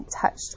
touched